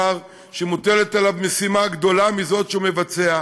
שמוטלת עליו משימה גדולה מזו שהוא מבצע,